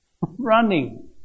running